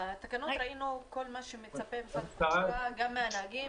בתקנות ראינו כל מה שמצפה משרד התחבורה גם מהנהגים,